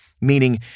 meaning